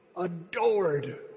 adored